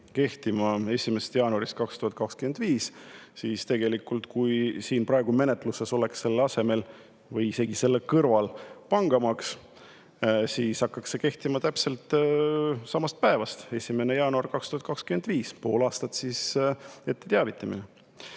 kehtima 1. jaanuarist 2025 ja kui praegu oleks siin menetluses selle asemel või isegi selle kõrval pangamaks, siis hakkaks see kehtima täpselt samast päevast, 1. jaanuarist 2025. Pool aastat oleks ette teavitatud.